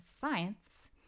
science